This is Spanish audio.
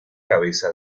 cabeza